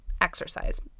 exercise